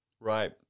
Right